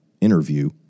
interview